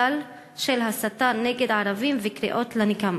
גל של הסתה נגד ערבים וקריאות לנקמה.